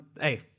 hey